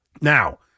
Now